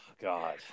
God